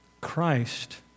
Christ